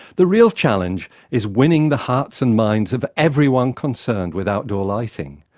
the real challenge is winning the hearts and minds of everyone concerned with outdoor lighting.